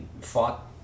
fought